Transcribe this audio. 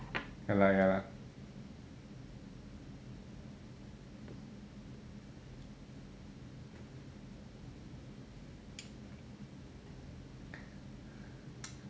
ya lah ya lah